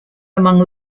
among